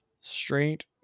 Straight